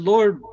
Lord